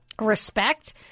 respect